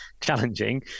challenging